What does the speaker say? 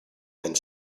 and